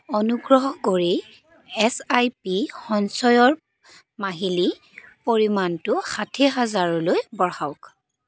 অনুগ্ৰহ কৰি S I P সঞ্চয়ৰ মাহিলী পৰিমাণটো ষাঠি হাজাৰলৈ বঢ়াওক